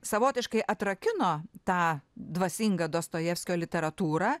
savotiškai atrakino tą dvasingą dostojevskio literatūrą